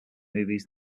movies